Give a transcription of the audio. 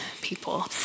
people